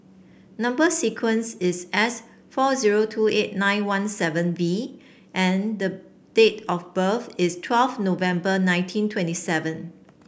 number sequence is S four zero two eight nine one seven V and the date of birth is twelve November nineteen twenty seven